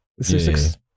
Six